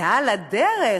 ועל הדרך,